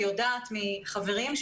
ויודעת מחברים,